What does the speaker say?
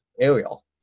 Ariel